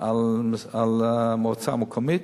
על המועצה המקומית